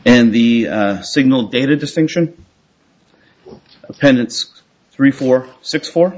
and the signal dated distinction attendants three four six four